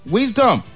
Wisdom